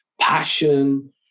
passion